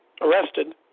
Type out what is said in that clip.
arrested